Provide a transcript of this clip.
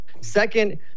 Second